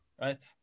Right